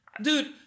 Dude